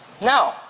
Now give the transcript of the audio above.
No